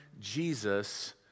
Jesus